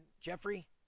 Jeffrey